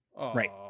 Right